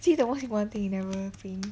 see the most important thing you never print